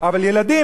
אבל ילדים,